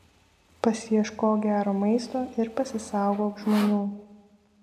pasiieškok gero maisto ir pasisaugok žmonių